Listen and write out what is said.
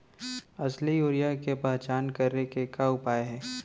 असली यूरिया के पहचान करे के का उपाय हे?